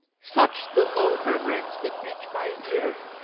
such the low murmurings that reach my ear.